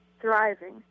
thriving